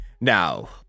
Now